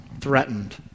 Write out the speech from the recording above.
threatened